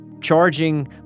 charging